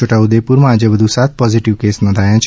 છીટાઉદેપુરમાં આજે વધુ સાત પોઝીટીવ કેસ નોધાયા છે